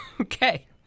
okay